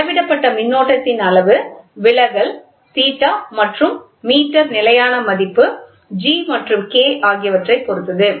அளவிடப்பட்ட மின்னோட்டத்தின் அளவு விலகல் தீட்டா மற்றும் மீட்டர் நிலையான மதிப்பு G மற்றும் K ஆகியவற்றைப் பொறுத்தது